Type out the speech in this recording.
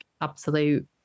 absolute